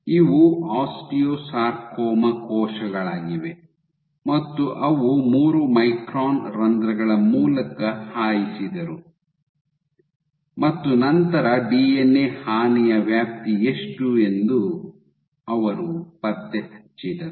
ಇವು ಆಸ್ಟಿಯೊಸಾರ್ಕೊಮಾ ಕೋಶಗಳಾಗಿವೆ ಮತ್ತು ಅವು ಮೂರು ಮೈಕ್ರಾನ್ ರಂಧ್ರಗಳ ಮೂಲಕ ಹಾಯಿಸಿದರು ಮತ್ತು ನಂತರ ಡಿಎನ್ಎ ಹಾನಿಯ ವ್ಯಾಪ್ತಿ ಎಷ್ಟು ಎಂದು ಅವರು ಪತ್ತೆಹಚ್ಚಿದರು